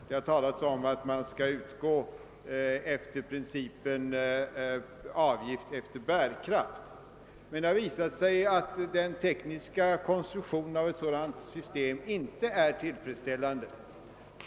Det har talats om att man skall följa principen avgift efter bärkraft, men det har visat sig att den tekniska konstruktionen av ett sådant system inte är tillfredsställande.